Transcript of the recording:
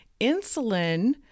insulin